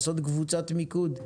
לעשות קבוצת מיקוד,